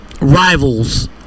rival's